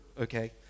okay